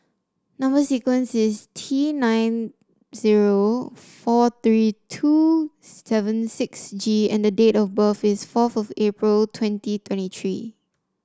number sequence is T nine zero four three two seven six G and the date of birth is fourth of April twenty twenty three